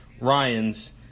Ryans